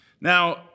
Now